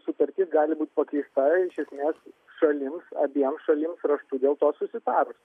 sutartis gali būti pakeista iš esmės šalims abiems šalims raštu dėl to susitarus